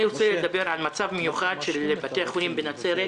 אני רוצה לדבר על מצב מיוחד של בתי החולים בנצרת,